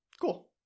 Cool